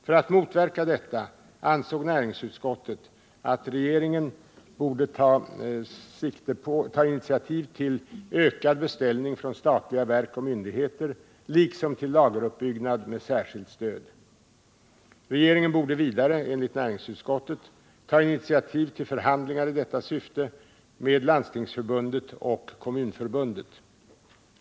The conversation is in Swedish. För att motverka detta ansåg näringsutskottet att regeringen borde ta initiativ till ökad beställning från statliga verk och myndigheter, liksom till lageruppbyggnad med särskilt stöd. Regeringen borde vidare enligt näringsutskottet ta initiativ till förhandlingar i detta syfte med såväl Landstingsförbundet som Svenska kommunförbundet.